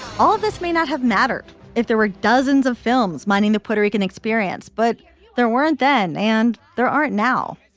all of this may not have mattered if there were dozens of films mining the puerto rican experience but there weren't then and there aren't now.